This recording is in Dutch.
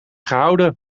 gehouden